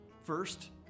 First